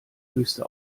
höchste